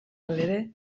halere